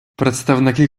представники